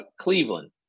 Cleveland